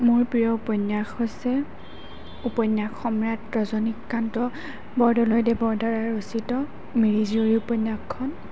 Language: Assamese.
মোৰ প্ৰিয় উপন্যাস হৈছে উপন্যাস সম্ৰাট ৰজনীকান্ত বৰদলৈদেৱৰ দ্বাৰা ৰচিত মিৰি জীয়ৰী উপন্যাসখন